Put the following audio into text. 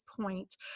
point